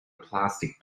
plastic